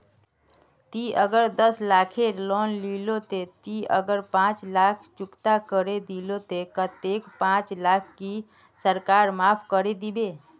ती अगर दस लाख खेर लोन लिलो ते ती अगर पाँच लाख चुकता करे दिलो ते कतेक पाँच लाख की सरकार माप करे दिबे?